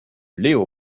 léo